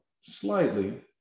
slightly